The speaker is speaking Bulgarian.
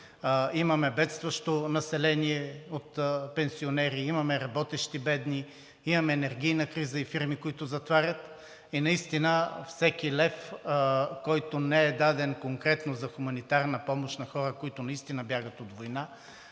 имаме бедстващо население от пенсионери, имаме работещи бедни, имаме енергийна криза и фирми, които затварят, и наистина всеки лев, който не е даден конкретно за хуманитарна помощ на хора, които наистина бягат от война,